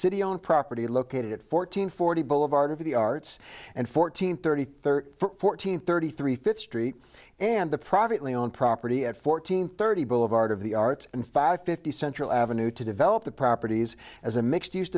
city owned property located at fourteen forty boulevard of the arts and fourteen thirty thirty four fourteen thirty three fifth street and the privately owned property at fourteen thirty boulevard of the arts and five fifty central avenue to develop the properties as a mixed use